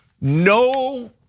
No